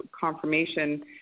confirmation